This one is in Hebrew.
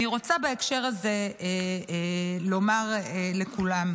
אני רוצה בהקשר הזה לומר לכולם: